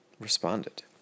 responded